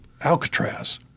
Alcatraz